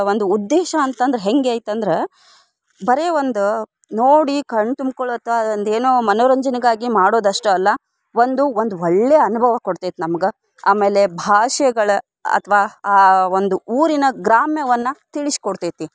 ಒಂದು ಉದ್ದೇಶ ಅಂತಂದ್ರೆ ಹೆಂಗೈತಿ ಅಂದ್ರೆ ಬರೀ ಒಂದು ನೋಡಿ ಕಣ್ಣು ತುಂಬ್ಕೊಳ್ಳುತ್ವೆ ಅದೊಂದು ಏನೋ ಮನೋರಂಜನೆಗಾಗಿ ಮಾಡೋದು ಅಷ್ಟು ಅಲ್ಲ ಒಂದು ಒಂದು ಒಳ್ಳೆಯ ಅನುಭವ ಕೊಡ್ತೈತಿ ನಮ್ಗೆ ಆಮೇಲೆ ಭಾಷೆಗಳ ಅಥ್ವಾ ಆ ಒಂದು ಊರಿನ ಗ್ರಾಮ್ಯವನ್ನು ತಿಳಿಸ್ಕೊಡ್ತೈತಿ